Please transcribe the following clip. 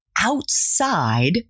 outside